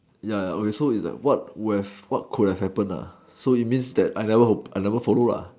ya so is like what could have happen so it means that I never I never follow